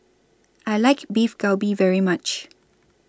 I like Beef Galbi very much